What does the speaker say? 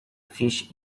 fish